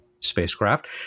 Spacecraft